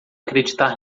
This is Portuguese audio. acreditar